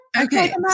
Okay